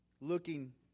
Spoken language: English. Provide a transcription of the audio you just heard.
looking